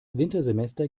wintersemester